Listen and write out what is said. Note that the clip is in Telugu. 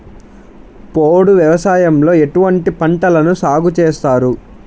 పోడు వ్యవసాయంలో ఎటువంటి పంటలను సాగుచేస్తారు?